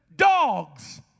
Dogs